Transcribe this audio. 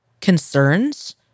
concerns